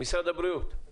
משרד הבריאות.